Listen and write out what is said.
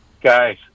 guys